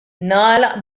nagħlaq